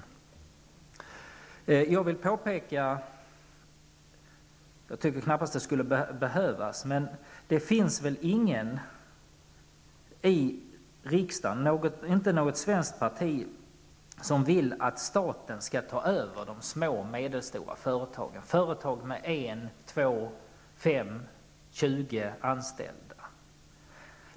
Jag vill påpeka -- jag tycker knappast att det skulle behövas -- att det väl knappast finns någon i riksdagen, eller något svenskt parti, som vill att staten skall ta över de små och medelstora företagen, dvs. företag med upp till ca 20 anställda.